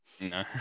No